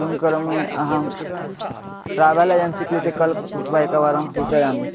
किं करोमि अहं ट्रावेल् एजन्सि कृते कल् कृत्वा एकवारं सूचयामि